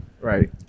Right